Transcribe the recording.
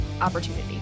opportunity